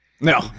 No